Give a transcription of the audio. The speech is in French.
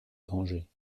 danger